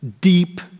deep